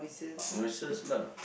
noises lah